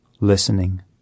listening